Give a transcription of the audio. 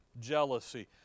jealousy